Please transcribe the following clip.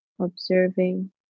Observing